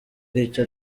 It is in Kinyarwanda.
nicyo